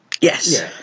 yes